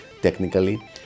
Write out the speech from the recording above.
technically